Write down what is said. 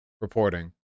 reporting